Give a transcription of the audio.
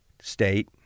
State